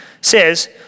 says